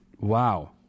Wow